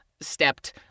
stepped